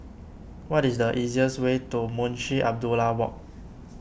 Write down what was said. what is the easiest way to Munshi Abdullah Walk